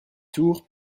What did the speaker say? tour